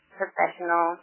professional